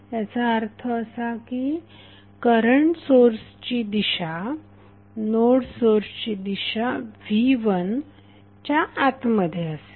याचा अर्थ असा की करंट सोर्स ची दिशा नोड सोर्स ची दिशा v1च्या आतमध्ये असेल